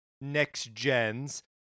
next-gens